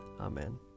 Amen